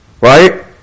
right